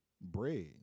bread